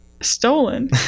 stolen